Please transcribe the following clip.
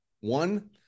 One